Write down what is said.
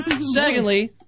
Secondly